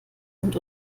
und